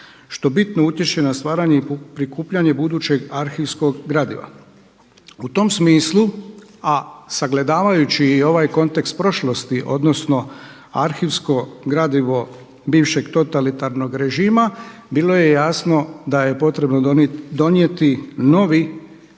što bitno utječe na stvaranje i prikupljanje budućeg arhivskog gradiva. U tom smislu a sagledavajući i ovaj kontekst prošlosti odnosno arhivsko gradivo bivšeg totalitarnog režima bilo je jasno da je potrebno donijeti novi,